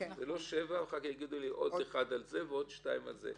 זה לא שבע ואחר כך עוד אחד על זה ועוד שתיים על זה,